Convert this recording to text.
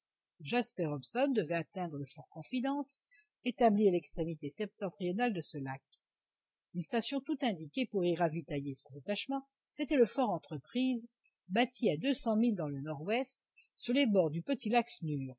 jasper hobson devait atteindre le fort confidence établi à l'extrémité septentrionale de ce lac une station toute indiquée pour y ravitailler son détachement c'était le fort entreprise bâti à deux cent milles dans le nordouest sur les bords du petit lac snure